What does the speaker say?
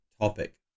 topic